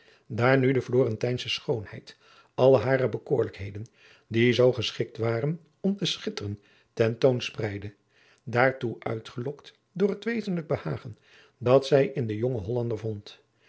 daar nu de florentijnsche schoonheid alle hare bekoorlijkheden die zoo geschikt waren om te schitteren ten toon spreidde daartoe uitgelokt door het wezenlijk behagen dat zij in den jongen hollander